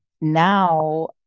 now